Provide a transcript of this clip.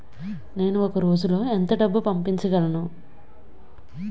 నేను ఒక రోజులో ఎంత డబ్బు పంపించగలను?